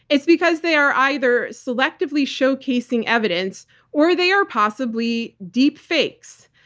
it's because they are either selectively showcasing evidence or they are possibly deep fakes.